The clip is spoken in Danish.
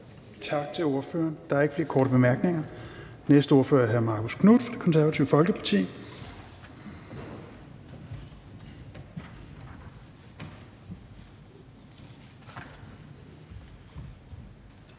Tak til ordføreren. Der er ikke flere korte bemærkninger. Den næste ordfører er hr. Marcus Knuth fra Det Konservative Folkeparti. Kl.